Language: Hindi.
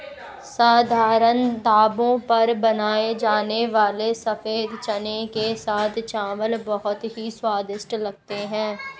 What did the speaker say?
साधारण ढाबों पर बनाए जाने वाले सफेद चने के साथ चावल बहुत ही स्वादिष्ट लगते हैं